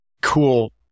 cool